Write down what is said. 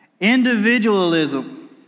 Individualism